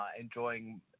enjoying